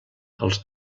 als